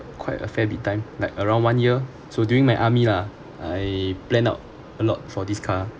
quite a fair bit time like around one year so during my army lah I planned out a lot for this car